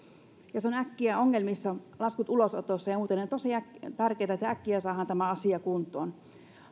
ja on äkkiä ongelmissa laskut ulosotossa ja muuten ja on tosi tärkeätä että äkkiä saadaan tämä asia kuntoon